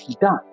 done